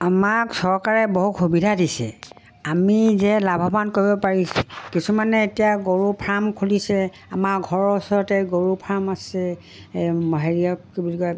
আমাক চৰকাৰে বহু সুবিধা দিছে আমি যে লাভৱান কৰিব পাৰিছো কিছুমানে এতিয়া গৰু ফাৰ্ম খুলিছে আমাৰ ঘৰৰ ওচৰতে গৰু ফাৰ্ম আছে হেৰিয়ক কি বুলি কয়